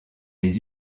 les